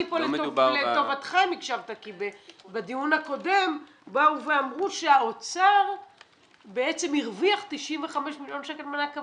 כי בדיון הקודם באו ואמרו שהאוצר בעצם הרוויח 95 מיליון שקל מענק עבודה,